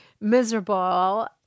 Miserable